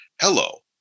hello